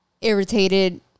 irritated